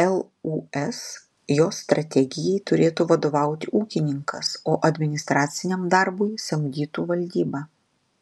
lūs jos strategijai turėtų vadovauti ūkininkas o administraciniam darbui samdytų valdybą